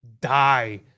die